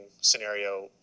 scenario